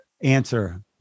answer